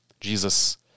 Jesus